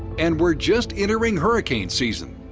and we're just entering hurricane season.